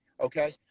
Okay